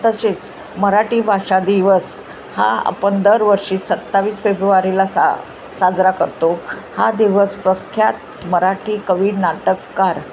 तसेच मराठी भाषा दिवस हा आपण दरवर्षी सत्तावीस फेब्रुवारीला सा साजरा करतो हा दिवस प्रख्यात मराठी कवी नाटककार